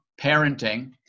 parenting